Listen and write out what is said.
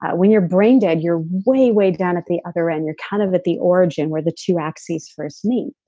when you're brain dead, you're way, way down at the other end. you're kind of at the origin where the two axes first meet.